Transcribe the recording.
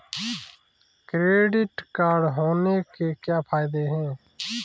Credit card होने के क्या फायदे हैं?